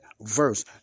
verse